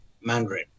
Mandarin